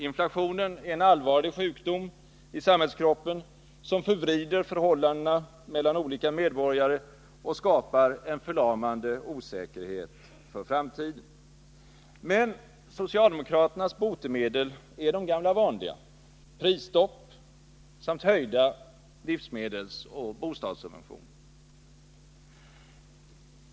Inflationen är en allvarlig sjukdom i samhällskroppen, som förvrider förhållandena mellan olika medborgare och skapar en förlamande osäkerhet för framtiden. Men socialdemokraternas botemedel är de gamla vanliga: prisstopp samt höjda livsmedelsoch bostadssubventioner.